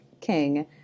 King